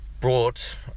brought